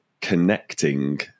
connecting